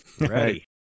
Right